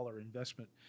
investment